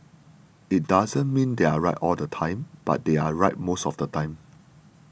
it doesn't mean they are right all the time but they are right most of the time